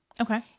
Okay